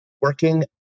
working